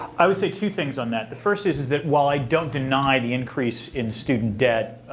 i would say two things on that. the first is, is that while i don't deny the increase in student debt